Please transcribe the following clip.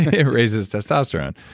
it raises testosterone.